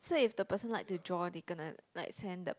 so if the person like to draw they gonna like send the